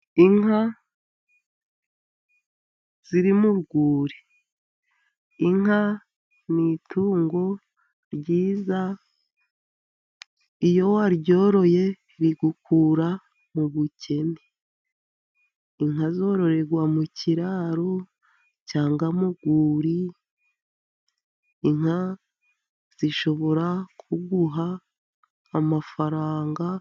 Inka ziri mu rwuri. Inka ni itungo ryiza, iyo waryoroye rigukura mu bukene. Inka zororerwa mu kiraro, cyangwa mu rwuri, inka zishobora kuguha amafaranga,..